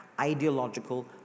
ideological